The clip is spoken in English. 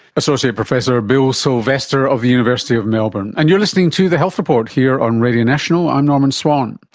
associate professor bill silvester of the university of melbourne. and you're listening to the health report here on radio national, i'm norman swan.